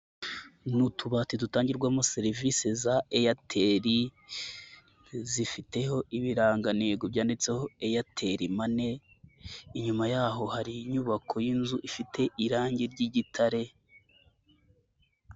Ni utubati dutangirwamo serivisi za Airtel zifiteho ibirangantego byanditseho Airtel mane, inyuma yaho hari inyubako y'inzu ifite irange ry'igitare.